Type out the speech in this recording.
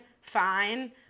fine